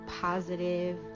positive